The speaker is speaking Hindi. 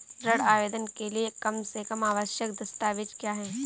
ऋण आवेदन के लिए कम से कम आवश्यक दस्तावेज़ क्या हैं?